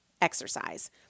exercise